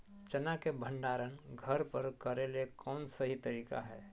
चना के भंडारण घर पर करेले कौन सही तरीका है?